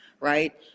right